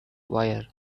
wire